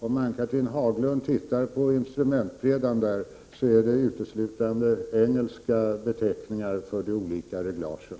Om Ann-Catherine Haglund tittar på instrumentbrädan i den bilen finner hon uteslutande engelska beteckningar för de olika reglagen.